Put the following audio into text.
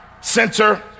center